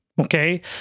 Okay